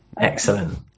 excellent